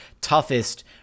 toughest